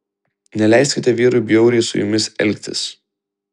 neleiskite vyrui bjauriai su jumis elgtis